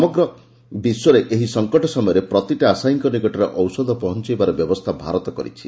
ସମଗ୍ର ଏହି ବିଶ୍ୱରେ ଏହି ସଙ୍କଟ ସମୟରେ ପ୍ରତିଟି ଆଶାୟୀଙ୍କ ନିକଟରେ ଔଷଧ ପହଞାଇବାର ବ୍ୟବସ୍କା ଭାରତ କରିଛି